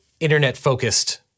internet-focused